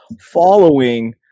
following